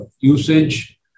usage